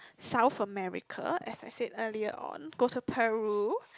South America as I said earlier on Costa Peru